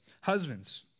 Husbands